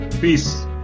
Peace